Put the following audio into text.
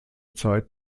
zeit